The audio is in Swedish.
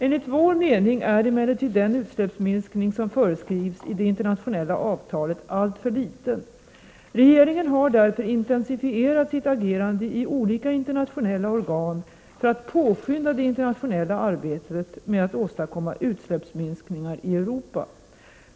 Enligt vår mening är emellertid den utsläppsminskning som föreskrivs i det internationella avtalet alltför liten. Regeringen har därför intensifierat sitt agerande i olika internationella organ för att påskynda det internationella arbetet med att åstadkomma utsläppsminskningar i Europa.